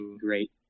great